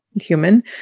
human